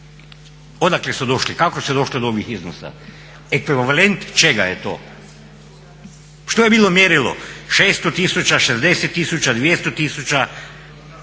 odakle su došli, kako se došlo do ovih iznosa, ekvivalent čega je to. Što je bilo mjerilo 600 000, 60 000, 200 000,